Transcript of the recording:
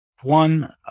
one